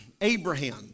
Abraham